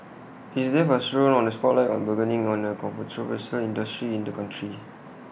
his death has thrown this spotlight on A burgeoning but controversial industry in the country